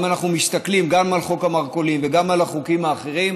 אם אנחנו מסתכלים גם על חוק המרכולים וגם על החוקים האחרים,